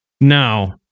Now